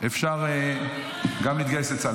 ואפשר גם להתגייס לצה"ל.